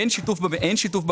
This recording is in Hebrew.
אין שיתוף במידע.